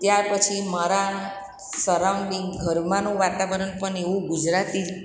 ત્યાર પછી મારા સરાઉંડીંગ ઘરમાનું વાતાવરણ પણ એવું ગુજરાતી જ